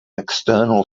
external